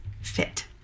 fit